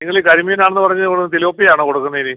നിങ്ങൾ ഈ കരിമീനാണെന്ന് പറഞ്ഞ് മുഴുവൻ തിലാപ്പിയാണോ കൊടുക്കുന്നത് ഇനി